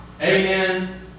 Amen